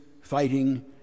fighting